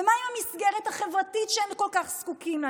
ומה עם המסגרת החברתית שהם כל כך זקוקים לה,